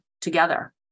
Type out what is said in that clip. together